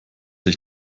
ich